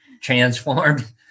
transformed